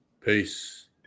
Peace